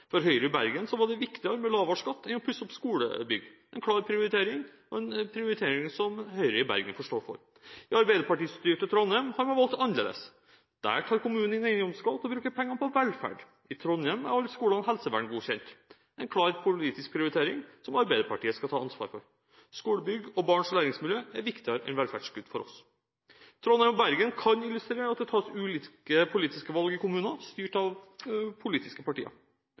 For Høyre i Bergen var det viktigere med lavere skatt enn å pusse opp skolebygg. Det var en klar prioritering, og en prioritering som Høyre i Bergen får stå for. I Arbeiderparti-styrte Trondheim har man valgt annerledes. Der tar kommunen inn eiendomsskatt og bruker pengene på velferd. I Trondheim er alle skolene helseverngodkjent. Det er en klar politisk prioritering som Arbeiderpartiet skal ta ansvaret for. Skolebygg og barns læringsmiljø er viktigere enn skattekutt for oss. Trondheim og Bergen kan illustrere at det tas ulike politiske valg i kommuner styrt av ulike politiske partier.